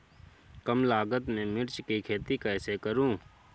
कम लागत में मिर्च की खेती कैसे करूँ?